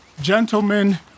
Gentlemen